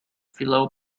philo